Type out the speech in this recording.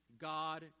God